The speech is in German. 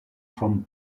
vom